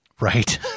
Right